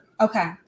Okay